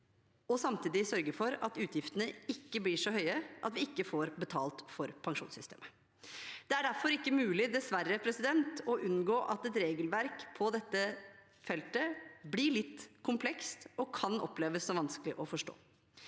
og samtidig sørge for at utgiftene ikke blir så høye at vi ikke får betalt for pensjonssystemet. Det er derfor dessverre ikke mulig å unngå at et regelverk på dette feltet blir litt komplekst og kan oppleves som vanskelig å forstå.